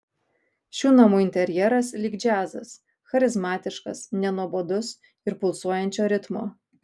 šių namų interjeras lyg džiazas charizmatiškas nenuobodus ir pulsuojančio ritmo